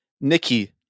Nikki